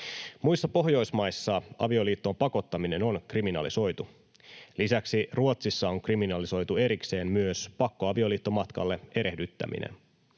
Muissa Pohjoismaissa avioliittoon pakottaminen on kriminalisoitu. Lisäksi Ruotsissa on kriminalisoitu erikseen myös pakkoavioliittomatkalle erehdyttäminen.